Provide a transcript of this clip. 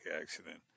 accident